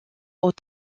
aux